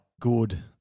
good